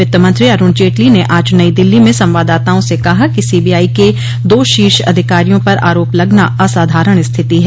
वित्तमत्री अरूण जेटली ने आज नई दिल्ली में संवाददाताओं से कहा कि सीबीआई के दो शीर्ष अधिकारियों पर आरोप लगना असाधारण स्थिति है